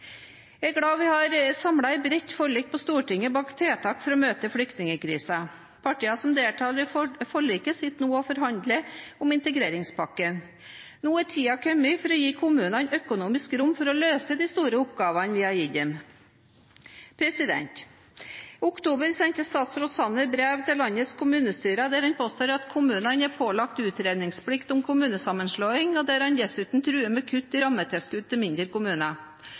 Jeg er glad vi har samlet et bredt flertall på Stortinget bak tiltak for å møte flyktningkrisen. Partiene som deltar i forliket, sitter nå og forhandler om integreringspakken. Nå er tiden kommet for å gi kommunene økonomisk rom for å løse de store oppgavene vi har gitt dem. I oktober sendte statsråd Sanner brev til landets kommunestyrer der han påstår at kommunene er pålagt utredningsplikt om kommunesammenslåing, og der han dessuten truer med kutt i rammetilskudd til mindre kommuner.